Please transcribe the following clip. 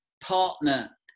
partner